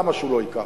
למה שהוא לא ייקח?